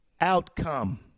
outcome